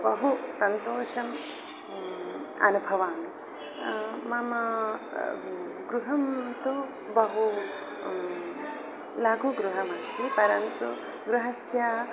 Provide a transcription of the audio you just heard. बहु सन्तोषम् अनुभवामि मम गृहं तु बहु लघु गृहमस्ति परन्तु गृहस्य